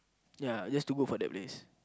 ya just to go for that place